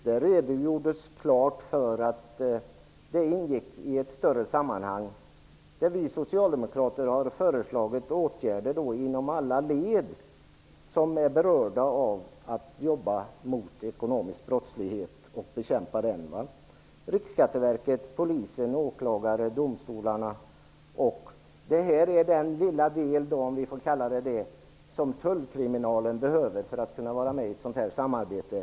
Där redogjordes klart för att det ingick i ett större sammanhang, där vi socialdemokrater har föreslagit åtgärder inom alla led som är berörda i kampen mot ekonomisk brottslighet -- Riksskatteverket, Polisen, åklagarna, domstolarna. Här har vi då den lilla del, om vi får kalla den för det, som tullkriminalen behöver för att kunna vara med i ett sådant samarbete.